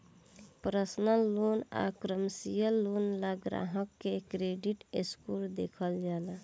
personal loan आ commercial loan ला ग्राहक के क्रेडिट स्कोर देखल जाला